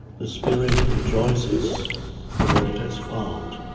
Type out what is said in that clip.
the spirit rejoices for what it has found.